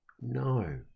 No